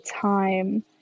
time